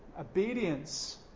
Obedience